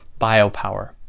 biopower